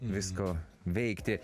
visko veikti